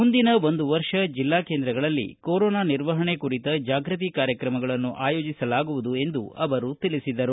ಮುಂದಿನ ಒಂದು ವರ್ಷ ಜಿಲ್ಲಾ ಕೇಂದ್ರಗಳಲ್ಲಿ ಕೊರೊನಾ ನಿರ್ವಹಣೆ ಕುರಿತ ಜಾಗೃತಿ ಕಾರ್ಯತ್ರಮಗಳನ್ನು ಆಯೋಜಿಸಲಾಗುವುದು ಎಂದು ತಿಳಿಸಿದರು